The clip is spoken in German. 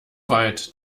weit